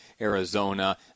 Arizona